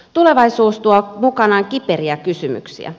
tulevaisuus tuo mukanaan kiperiä kysymyksiä